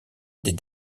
des